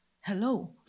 Hello